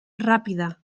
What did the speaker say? ràpida